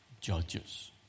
judges